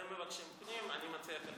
הם מבקשים פנים, אני מציע כלכלה.